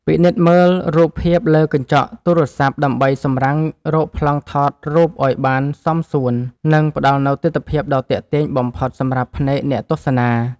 ពិនិត្យមើលរូបភាពលើកញ្ចក់ទូរសព្ទដើម្បីសម្រាំងរកប្លង់ថតរូបឱ្យបានសមសួន និង ផ្តល់នូវទិដ្ឋភាពដ៏ទាក់ទាញបំផុតសម្រាប់ភ្នែកអ្នកទស្សនា។